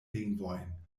lingvojn